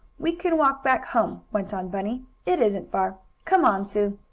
we can walk back home, went on bunny. it isn't far. come on, sue!